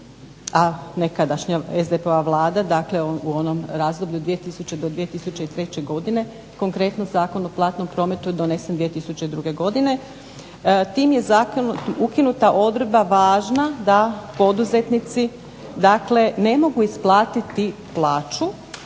a nekadašnja SDP-ova Vlada, dakle u onom razdoblju 2000. do 2003. godine konkretno Zakon o platnom prometu donesen 2002. godine. Tim je zakonom ukinuta odredba važna da poduzetnici dakle ne mogu isplatiti plaću